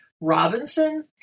robinson